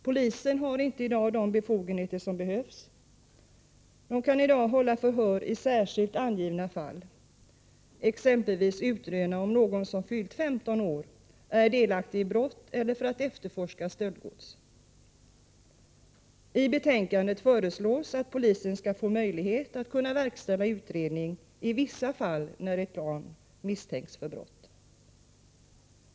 Polisen har inte de befogenheter som behövs för detta; polisen kan i dag hålla förhör i särskilt angivna fall, exempelvis utröna om någon som fyllt 15 år är delaktig i brott, eller efterforska stöldgods. I betänkandet föreslås att polisen skall få möjlighet att verkställa utredning i vissa fall när ett barn misstänks för brott.